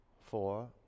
four